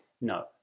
no